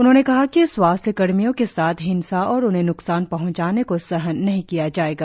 उन्होंने कहा कि स्वास्थ्यकर्मियों के साथ हिंसा और उन्हें नुकसान पहुंचाने को सहन नहीं किया जाएगा